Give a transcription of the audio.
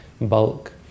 bulk